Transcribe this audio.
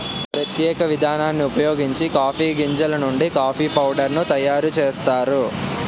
ప్రత్యేక విధానాన్ని ఉపయోగించి కాఫీ గింజలు నుండి కాఫీ పౌడర్ ను తయారు చేస్తారు